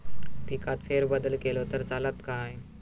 पिकात फेरबदल केलो तर चालत काय?